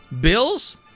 Bills